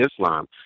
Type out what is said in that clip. Islam